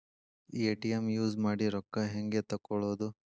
ATM use ಮಾಡಿ ರೊಕ್ಕ ಹೆಂಗೆ ತಕ್ಕೊಳೋದು?